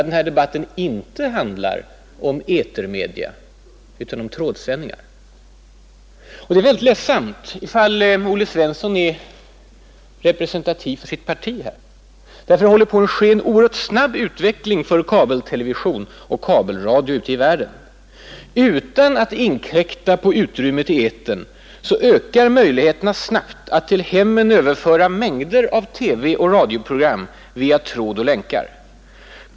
Den här debatten handlar inte om etermedia utan om trådsändningar. Det är mycket ledsamt om herr Svensson är representativ för sitt parti på denna punkt. Det håller nämligen på att ske en oerhört snabb utveckling för kabeltelevision och kabelradio ute i världen. Utan att inkräkta på utrymmet i etern ökar möjligheterna att till hemmen överföra mängder av TV och radioprogram — via tråd och länkar.